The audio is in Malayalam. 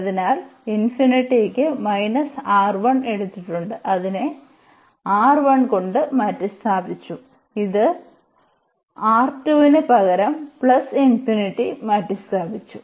അതിനാൽക്ക് എടുത്തിട്ടുണ്ട് അതിനെകൊണ്ട് മാറ്റിസ്ഥാപിച്ചു ഈ ന് പകരം ∞ മാറ്റിസ്ഥാപിച്ചു